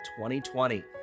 2020